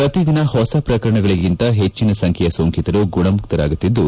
ಪ್ರತಿದಿನ ಹೊಸ ಪ್ರಕರಣಗಳಿಗಿಂತ ಹೆಚ್ಚಿನ ಸಂಖ್ಯೆಯ ಸೋಂಕಿತರು ಗುಣಮುಖರಾಗುತ್ತಿದ್ದು